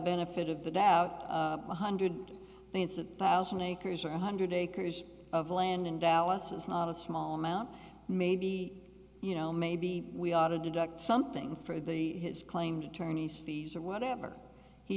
benefit of the doubt one hundred thousand acres or one hundred acres of land in dallas is not a small amount maybe you know maybe we ought to deduct something for the his claimed attorneys fees or whatever he